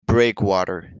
breakwater